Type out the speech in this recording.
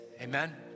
Amen